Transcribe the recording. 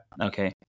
okay